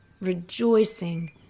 rejoicing